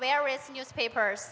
various newspapers